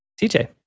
TJ